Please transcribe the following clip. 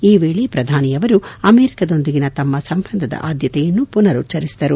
ಈ ವೇಳೆ ಪ್ರಧಾನಮಂತ್ರಿಯವರು ಅಮೆರಿಕದೊಂದಿಗಿನ ತಮ್ಮ ಸಂಬಂಧದ ಆದ್ಯತೆಯನ್ನು ಮನುಚ್ಚರಿಸಿದರು